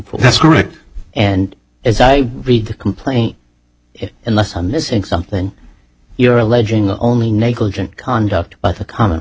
for that's correct and as i read the complaint it unless i'm missing something you're alleging only negligent conduct but a common